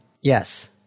Yes